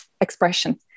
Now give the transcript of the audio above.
expression